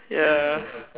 ya